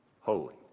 holy